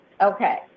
Okay